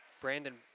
Brandon